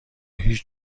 هیچ